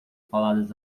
faladas